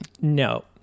No